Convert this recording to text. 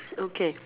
okay